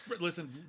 listen